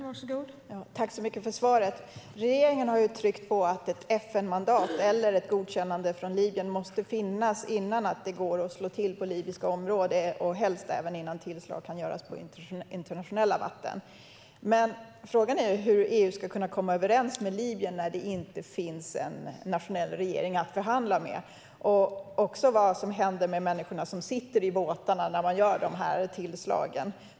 Fru talman! Tack så mycket för svaret, ministern! Regeringen har ju tryckt på att ett FN-mandat eller ett godkännande från Libyen måste finnas innan det går att slå till på libyskt område och helst även innan tillslag kan göras på internationellt vatten. Men frågan är hur EU ska kunna komma överens med Libyen när det inte finns en nationell regering att förhandla med. Frågan är också vad som händer med människorna som sitter i båtarna när man gör de här tillslagen.